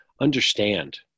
understand